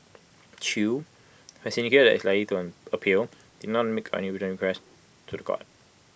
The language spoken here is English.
chew who has indicated that he is likely to appeal did not make any written to The Court